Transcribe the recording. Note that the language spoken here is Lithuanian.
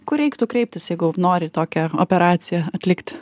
kur reiktų kreiptis jeigu nori tokią operaciją atlikt